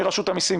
מרשות המיסים,